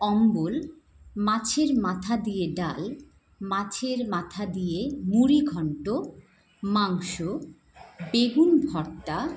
অম্বল মাছের মাথা দিয়ে ডাল মাছের মাথা দিয়ে মুড়িঘণ্ট মাংস বেগুন ভর্তা